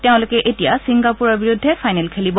তেওঁলোকে এতিয়া ছিংগাপুৰৰ বিৰুদ্ধে ফাইনেল খেলিব